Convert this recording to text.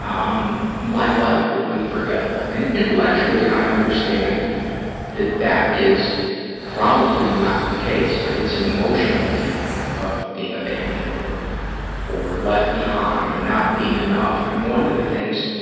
um, my life will be forgettable. and intellectually i understand that that is probably not the case, but it's an emotional feeling of being abandoned or or left behind or not being enough. and one of the things,